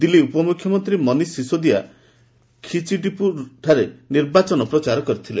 ଦିଲ୍ଲୀ ଉପମୁଖ୍ୟମନ୍ତ୍ରୀ ମନୀଷ ଶିସୋଦିଆ ଖିଚିଡ଼ିପୁରଠାରେ ନିର୍ବାଚନ ପ୍ରଚାର କରିଥିଲେ